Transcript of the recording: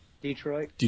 Detroit